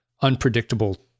unpredictable